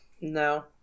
No